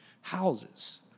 houses